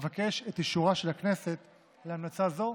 אבקש את אישורה של הכנסת להמלצה זו.